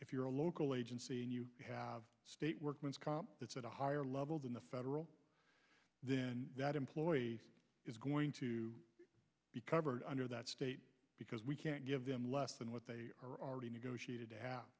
if you're a local agency and you have a state workman's comp it's at a higher level than the federal that employer is going to be covered under that state because we can't give them less than what they are already negotiated